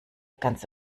ganz